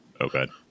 okay